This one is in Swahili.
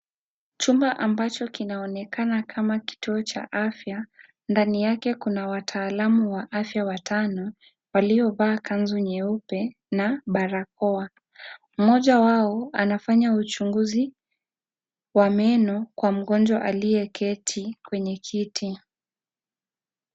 Chumba ambacho kinaonekana kama kituo cha afya, ndani yake kuna wataalamu wa afya watano, waliovaa kanzu nyeupe na barakoa. Mmoja wao anafanya uchunguzi wa meno kwa mgonjwa aliyeketi kwenye kiti.